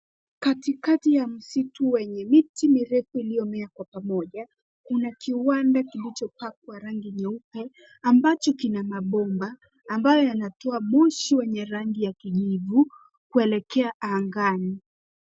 Katikati ya msitu wenye miti mirefu iliyomea kwa pamoja, kuna kiwanda kilichopakwa rangi nyeupe ambacho kina mabomba, ambayo yanatoa moshi wenye rangi ya kijivu, kuelekea angani.